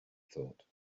thought